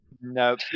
No